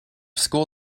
school